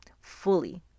fully